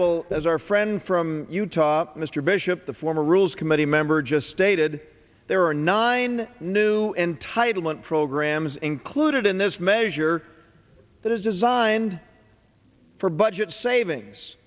will as our friend from utah mr bishop the former rules committee member just stated there are nine new entitlement programs included in this measure that is designed for budget savings